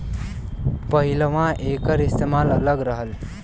पहिलवां एकर इस्तेमाल अलग रहल